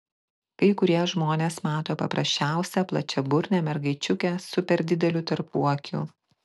kai kurie žmonės mato paprasčiausią plačiaburnę mergaičiukę su per dideliu tarpuakiu